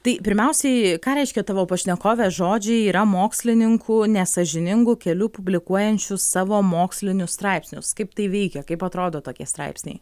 tai pirmiausiai ką reiškia tavo pašnekovės žodžiai yra mokslininkų nesąžiningu keliu publikuojančių savo mokslinius straipsnius kaip tai veikia kaip atrodo tokie straipsniai